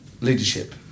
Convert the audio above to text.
leadership